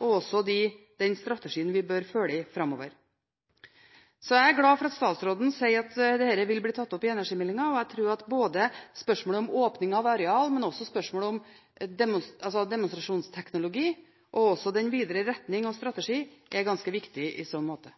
og også den strategien vi bør følge framover. Så jeg er glad for at statsråden sier at dette vil bli tatt opp i energimeldingen, og jeg tror at spørsmålet om åpning av areal, men også spørsmålet om demonstrasjonsteknologi, og også den videre retning og strategi, er ganske viktig i så måte.